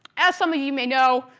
as some of you may know,